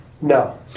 no